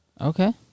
Okay